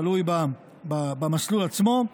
תלוי במסלול עצמו,